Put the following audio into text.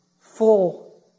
full